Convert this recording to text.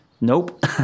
nope